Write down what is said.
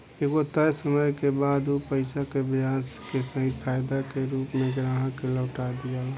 एगो तय समय के बाद उ पईसा के ब्याज के सहित फायदा के रूप में ग्राहक के लौटा दियाला